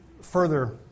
further